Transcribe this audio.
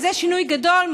וזה שינוי גדול,